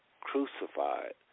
crucified